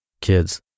Kids